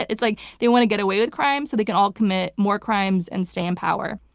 it's like they want to get away with crime so they can all commit more crimes and stay in power.